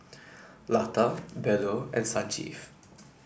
Lata Bellur and Sanjeev